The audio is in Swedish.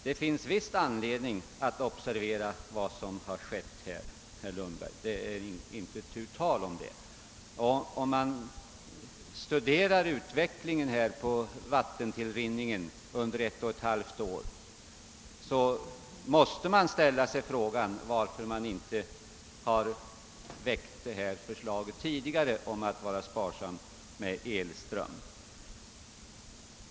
Det finns anledning att observera vad som skett, det är inte tu tal om det, herr Lundberg. Studerar man vattentillrinningen under ett och ett halvt år måste man fråga sig varför förslaget om sparsamhet med elström inte väckts tidigare.